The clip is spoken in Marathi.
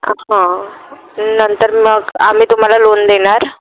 हां नंतर मग आम्ही तुम्हाला लोन देनार